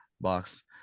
box